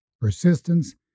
persistence